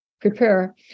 prepare